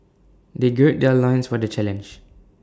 they gird their loins for the challenge